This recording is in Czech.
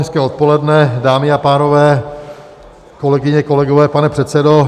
Hezké odpoledne, dámy a pánové, kolegyně, kolegové, pane předsedo.